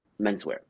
menswear